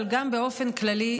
אבל גם באופן כללי,